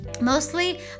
mostly